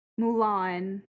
Mulan